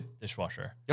Dishwasher